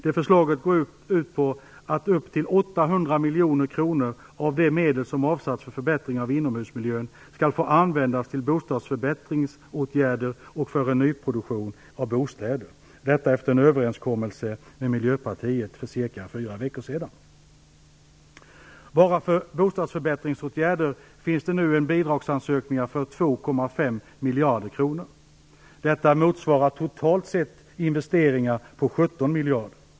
Det förslaget går ut på att upp till 800 miljoner kronor av de medel som avsatts för förbättringar av inomhusmiljön skall få användas till bostadsförbättringsåtgärder och för nyproduktion av bostäder, detta efter en överenskommelse med Miljöpartiet för cirka fyra veckor sedan. Bara för bostadsförbättringsåtgärder finns det nu bidragsansökningar för drygt 2,5 miljarder kronor. Detta motsvarar investeringar på 17 miljarder.